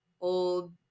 old